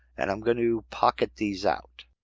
and i'm going to pocket these out.